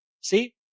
See